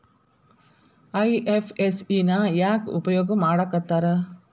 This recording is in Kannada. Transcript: ಐ.ಎಫ್.ಎಸ್.ಇ ನ ಯಾಕ್ ಉಪಯೊಗ್ ಮಾಡಾಕತ್ತಾರ?